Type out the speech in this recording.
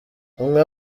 umwe